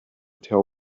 tell